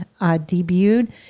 debuted